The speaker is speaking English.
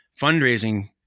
fundraising